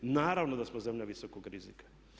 Naravno da smo zemlja visokog rizika.